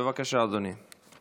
בבקשה, אדוני.